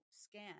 scan